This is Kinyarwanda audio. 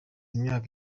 imyaka